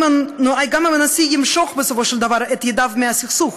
גם אם הנשיא ימשוך בסופו של דבר את ידיו מהסכסוך,